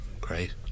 Great